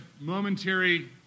momentary